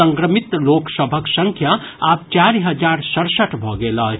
संक्रमित लोक सभक संख्या आब चारि हजार सड़सठ भऽ गेल अछि